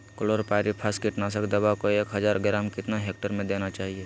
Chlorpyrifos कीटनाशक दवा को एक हज़ार ग्राम कितना हेक्टेयर में देना चाहिए?